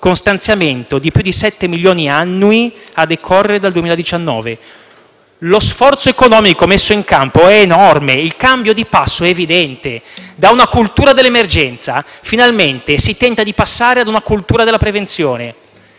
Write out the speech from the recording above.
di più 7 milioni annui a decorrere dal 2019. Lo sforzo economico messo in campo è enorme e il cambio di passo è evidente: da una cultura dell’emergenza finalmente si tenta di passare a una cultura della prevenzione.